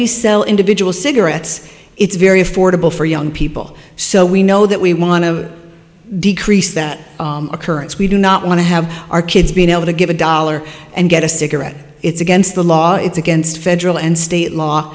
we sell individual cigarettes it's very affordable for young people so we know that we want to decrease that occurrence we do not want to have our kids being able to give a dollar and get a cigarette it's against the law it's against federal and state law